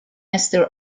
augustin